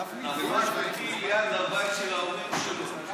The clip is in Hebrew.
ליד הבית של ההורים שלו.